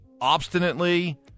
obstinately